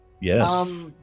Yes